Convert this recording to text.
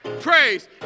praise